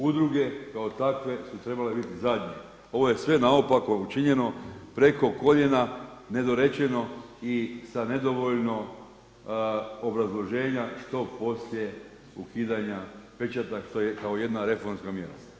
Udruge kao takve su trebale biti zadnje, ovo je sve naopako učinjeno preko koljena, nedorečeno i sa nedovoljno obrazloženja što poslije ukidanja pečata što je kao jedna reformska mjera.